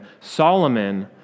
Solomon